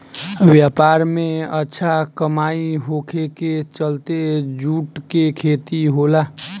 व्यापार में अच्छा कमाई होखे के चलते जूट के खेती होला